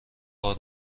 بار